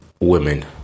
women